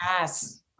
Yes